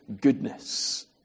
goodness